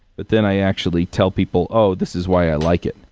but then i actually tell people, oh, this is why i like it.